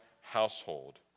household